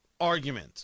Argument